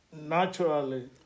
naturally